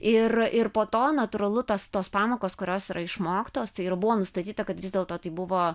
ir ir po to natūralu tas tos pamokos kurios yra išmoktos tai ir buvo nustatyta kad vis dėlto tai buvo